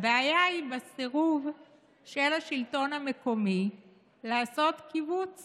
הבעיה היא בסירוב של השלטון המקומי לעשות כיווץ